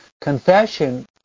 Confession